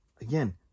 again